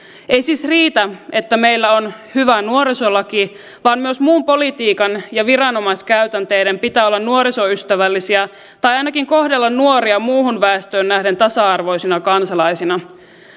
ei siis riitä että meillä on hyvä nuorisolaki vaan myös muun politiikan ja viranomaiskäytänteiden pitää olla nuorisoystävällisiä tai ainakin kohdella nuoria muuhun väestöön nähden tasa arvoisina kansalaisina